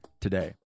today